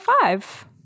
five